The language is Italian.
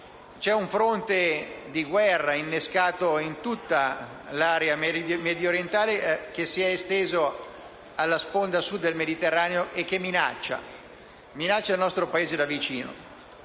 C'è un fronte di guerra innescato in tutta l'area mediorientale che si è esteso alla sponda Sud del Mediterraneo e che minaccia il nostro Paese da vicino.